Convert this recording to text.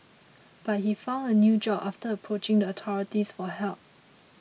but he found a new job after approaching the authorities for help